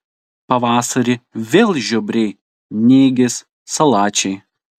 pavasarį vėl žiobriai nėgės salačiai